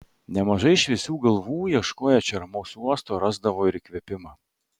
nemažai šviesių galvų ieškoję čia ramaus uosto rasdavo ir įkvėpimą